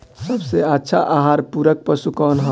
सबसे अच्छा आहार पूरक पशु कौन ह?